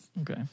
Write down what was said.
okay